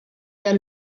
der